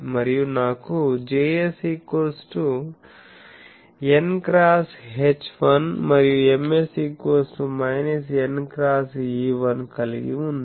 మరియు నాకు Js n x H1 మరియు Ms n x E1 కలిగి ఉంది